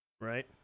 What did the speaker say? Right